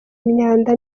myanda